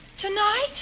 Tonight